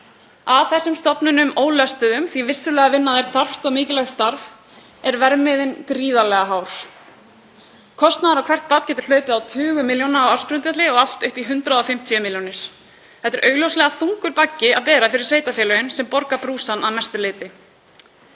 Að þessum stofnunum ólöstuðum, því að vissulega að vinna þær þarft og mikilvægt starf, er verðmiðinn gríðarlega hár. Kostnaður á hvert barn getur hlaupið á tugum milljóna króna á ársgrundvelli og allt upp í 150 milljónir. Þetta er augljóslega þungur baggi að bera fyrir sveitarfélögin sem borga brúsann að mestu leyti.